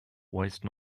waste